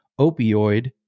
opioid